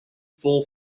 full